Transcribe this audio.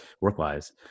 work-wise